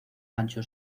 gancho